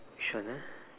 which one ah